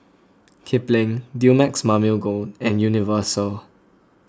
Kipling Dumex Mamil Gold and Universal